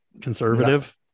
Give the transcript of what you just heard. conservative